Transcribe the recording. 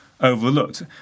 overlooked